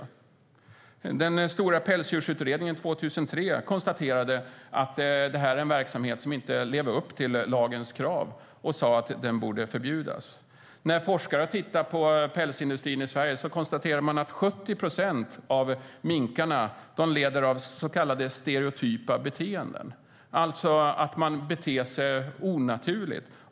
Den stora pälsdjursutredningen från 2003 konstaterade att denna verksamhet inte lever upp till lagens krav. Man sa att den borde förbjudas. Forskare har tittat på pälsindustrin i Sverige och konstaterat att 70 procent av minkarna lider av så kallade stereotypa beteenden. De beter sig alltså onaturligt.